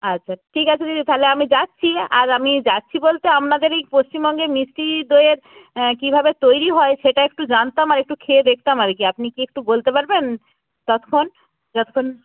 আচ্ছা ঠিক আছে দিদি তাহলে আমি যাচ্ছি আর আমি যাচ্ছি বলতে আপনাদের এই পশ্চিমবঙ্গে মিষ্টি দইয়ের কীভাবে তৈরি হয় সেটা একটু জানতাম আর একটু খেয়ে দেখতাম আর কি আপনি কি একটু বলতে পারবেন ততক্ষণ যতক্ষণ